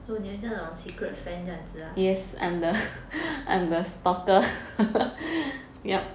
so 你很像那种 secret friend 这样子 lah